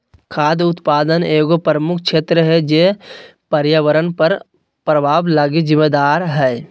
खाद्य उत्पादन एगो प्रमुख क्षेत्र है जे पर्यावरण पर प्रभाव लगी जिम्मेदार हइ